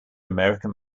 american